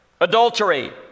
adultery